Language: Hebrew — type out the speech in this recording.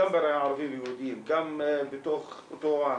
גם בין ערבים ויהודים, גם בתוך אותו עם,